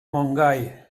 montgai